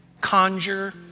conjure